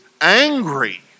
angry